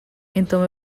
então